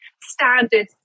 standard